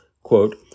quote